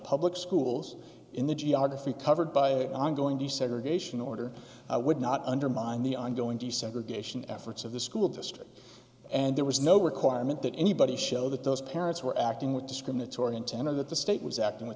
public schools in the geography covered by ongoing desegregation order would not undermine the ongoing desegregation efforts of the school district and there was no requirement that anybody show that those parents were acting with discriminatory intent or that the state was acting